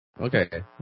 Okay